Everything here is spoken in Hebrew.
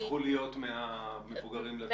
הפכו להיות מהמבוגרים לצעירים.